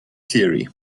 theory